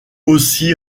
aussi